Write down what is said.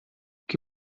que